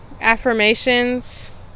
affirmations